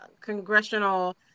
congressional